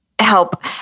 Help